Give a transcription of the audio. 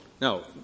No